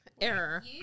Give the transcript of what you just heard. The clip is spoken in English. Error